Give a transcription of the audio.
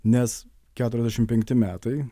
nes keturiasdešim penkti metai